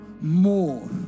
more